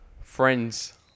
Friends